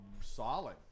solid